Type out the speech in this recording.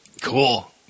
Cool